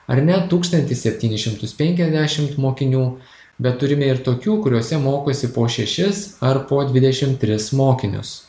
ar net tūkstantį septynis šimtus penkiasdešimt mokinių bet turime ir tokių kuriose mokosi po šešis ar po dvidešim tris mokinius